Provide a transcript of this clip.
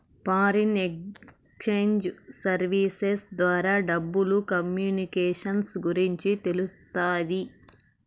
foreign exchange services ద్వారా డబ్బులు communications గురించి తెలుస్తాది